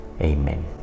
Amen